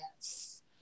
Yes